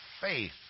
faith